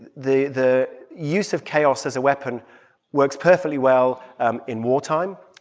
the the use of chaos as a weapon works perfectly well um in war time.